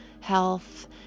health